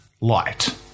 light